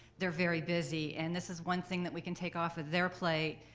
they're very busy, and this is one thing that we can take off of their plate.